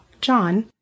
John